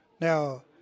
Now